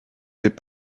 des